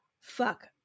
fuck